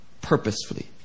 purposefully